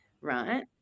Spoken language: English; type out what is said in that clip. right